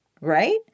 right